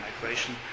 migration